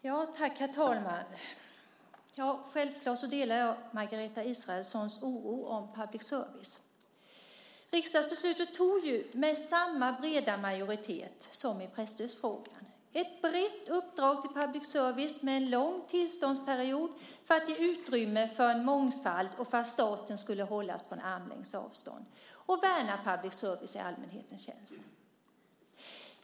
Herr talman! Jag delar självklart Margareta Israelssons oro när det gäller public service. Riksdagsbeslutet togs med samma breda majoritet som i presstödsfrågan. Det handlade om ett brett uppdrag till public service med en lång tillståndsperiod för att ge utrymme för mångfald och för att staten skulle hållas på en armlängds avstånd och värna public service i allmänhetens tjänst.